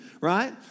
right